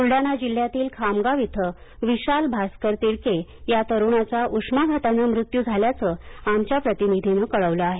बुलडाणा जिल्ह्यातील खामगाव इथे विशाल भास्कर तिडके या तरुणाचा उष्माघाताने मृत्यू झाल्याचं आमच्या प्रतिनिधीनं कळवलं आहे